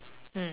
mm